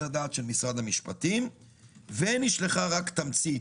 הדעת של משרד המשפטים ונשלחה רק תמצית.